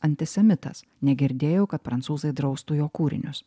antisemitas negirdėjau kad prancūzai draustų jo kūrinius